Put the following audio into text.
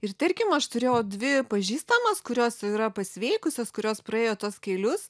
ir tarkim aš turėjau dvi pažįstamas kurios jau yra pasveikusios kurios praėjo tuos kelius